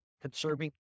Conserving